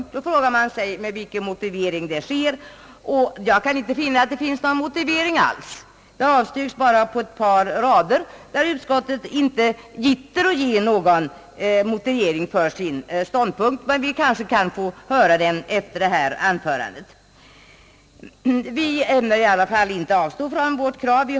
Man frågar sig med vilken motivering, och jag kan inte finna någon motivering alls. Man bara avstyrker på ett par rader. Utskottet gitter inte ge någon motivering för sin ståndpunkt, men vi kanske kan få höra den efter detta anförande. Vi ämnar i alla fall inte avstå från vårt krav.